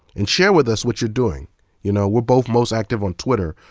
and share with us what you're doing you know we're both most active on twitter,